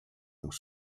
auch